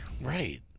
Right